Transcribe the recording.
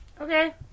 Okay